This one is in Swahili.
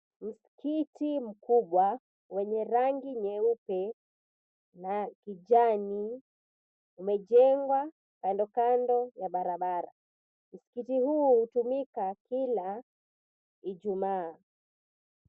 Msikiti mkubwa wenye rangi nyeupe na kijani, umejengwa kando kando ya barabara. Msikitii huu hutumika kila Ijumaa.